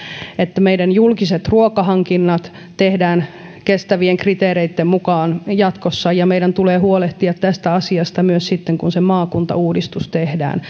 että meidän julkiset ruokahankintamme tehdään kestävien kriteerien mukaan jatkossa ja meidän tulee huolehtia tästä asiasta myös sitten kun se maakuntauudistus tehdään